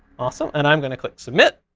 awesome. and i'm gonna click submit.